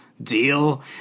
deal